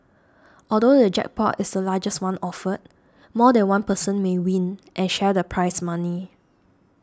although the jackpot is the largest one offered more than one person may win and share the prize money